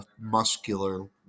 muscular